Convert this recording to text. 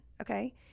okay